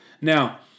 Now